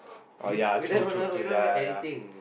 oh ya true true true ya ya ya